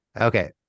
Okay